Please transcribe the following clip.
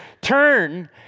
turn